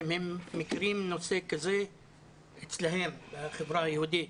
אם הם מכירים נושא כזה אצלם בחברה היהודית.